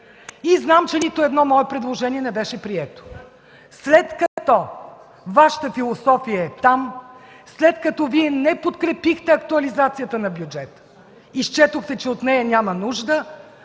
и знам, че нито едно мое предложение не беше прието. След като Вашата философия е там, след като Вие не подкрепихте актуализацията на бюджета и счетохте, че от нея няма нужда,